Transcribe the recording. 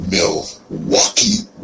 Milwaukee